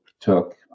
took